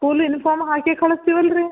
school uniform ಹಾಕಿ ಕಳಿಸ್ತೇವೆ ಅಲ್ರಿ